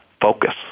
Focus